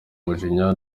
umujinya